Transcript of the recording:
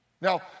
now